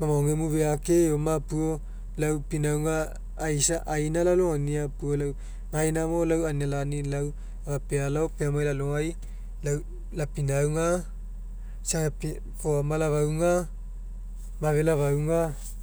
Mamaogemu feake eoma puo lau pinauga aisa aina lalogonia puo gaina mo anina lani lau efa pialao piamai alogai lau lapinauga isa ega foama lafauga mafe lafauga